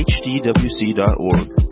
hdwc.org